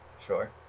sure